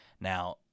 Now